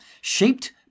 shaped